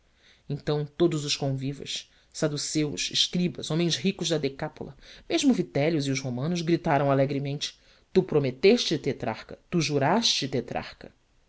então todos os convivas saduceus escribas homens ricos da decápola mesmo vitélio e os romanos gritaram alegremente tu prometeste tetrarca tu juraste tetrarca